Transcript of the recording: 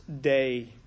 day